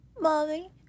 Mommy